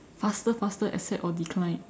faster faster accept or decline